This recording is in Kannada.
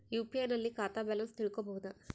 ಯು.ಪಿ.ಐ ನಲ್ಲಿ ಖಾತಾ ಬ್ಯಾಲೆನ್ಸ್ ತಿಳಕೊ ಬಹುದಾ?